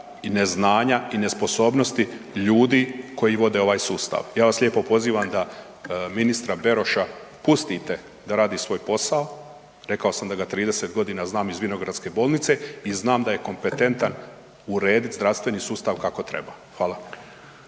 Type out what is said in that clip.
i neznanja i nesposobnosti ljudi koji vode ovaj sustav. Ja vas lijepo pozivam da ministra Beroša pustite da radi svoj posao, rekao sam da ga 30 g. znam iz Vinogradske bolnice i znam da je kompetentan uredit zdravstveni sustav kako treba. Hvala.